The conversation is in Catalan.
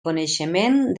coneixement